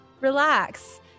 relax